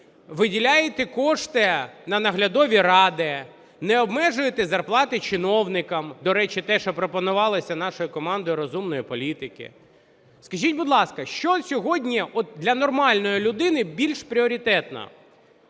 виділяєте кошти на наглядові ради, не обмежуєте зарплати чиновникам, до речі, те, що пропонувалося нашою командою "Розумної політики". Скажіть, будь ласка, що сьогодні от для нормальної людини більш пріоритетно,